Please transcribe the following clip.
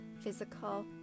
physical